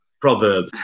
proverb